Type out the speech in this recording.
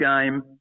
game